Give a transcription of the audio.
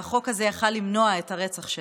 והחוק הזה יכול היה למנוע את הרצח שלה.